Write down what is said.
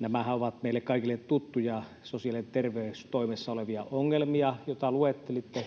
nämähän ovat meille kaikille tuttuja sosiaali- ja terveystoimessa olevia ongelmia, joita luettelitte,